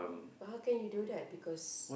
but how can you do that because